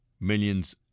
millions